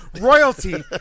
royalty